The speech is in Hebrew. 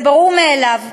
זה ברור מאליו.